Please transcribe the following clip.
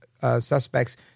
suspects